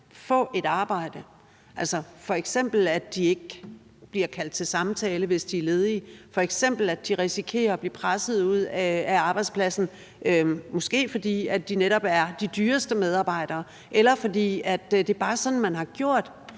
få et arbejde, altså at de f.eks. ikke bliver kaldt til samtale, hvis de er ledige, at de f.eks. risikerer at blive presset ud af arbejdspladsen, måske fordi de netop er de dyreste medarbejdere, eller fordi det bare er sådan, man har gjort,